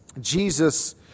Jesus